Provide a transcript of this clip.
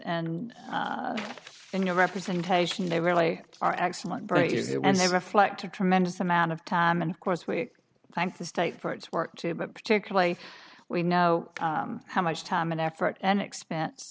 and in your representation they really are excellent praise there and they reflect a tremendous amount of time and of course we thank the state for its work too but particularly we know how much time and effort and expense